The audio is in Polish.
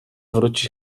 wróci